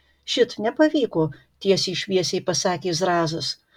šit nepavyko tiesiai šviesiai pasakė zrazas